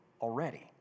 already